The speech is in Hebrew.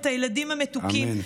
את הילדים המתוקים,